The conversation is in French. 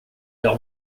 leur